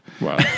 Wow